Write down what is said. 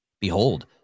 Behold